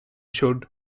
showed